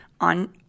on